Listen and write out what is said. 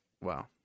Wow